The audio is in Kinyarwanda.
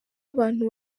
abantu